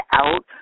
out